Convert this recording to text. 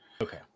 Okay